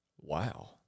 Wow